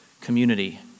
community